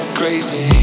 crazy